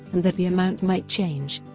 and that the amount might change.